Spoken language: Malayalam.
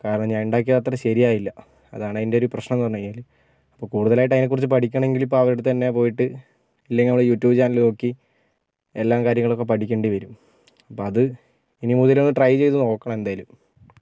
കാരണം ഞാനുണ്ടാക്കിയത് അത്ര ശരിയായില്ല അതാണതിൻ്റെയൊരു പ്രശ്നമെന്ന് പറഞ്ഞ് കഴിഞ്ഞാൽ അപ്പം കൂടുതലായിട്ട് അതിനെക്കുറിച്ച് പഠിക്കണമെങ്കിൽ ഇപ്പം അവരുടെ അടുത്ത് തന്നെ പോയിട്ട് ഇല്ലെങ്കിൽ യൂട്യൂബ് ചാനൽ നോക്കി എല്ലാ കാര്യങ്ങളും ഒക്കെ പഠിക്കേണ്ടി വരും അപ്പം അത് ഇനി മുതൽ ഒന്ന് ട്രൈ ചെയ്ത് നോക്കണം എന്തായാലും